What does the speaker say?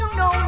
no